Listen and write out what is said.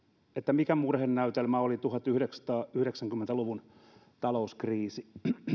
mikä murhenäytelmä oli tuhatyhdeksänsataayhdeksänkymmentä luvun talouskriisi en